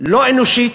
לא אנושית,